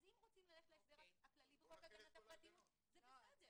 אז אם רוצים ללכת להסדר הכללי בחוק הגנת הפרטיות זה בסדר.